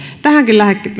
tähänkin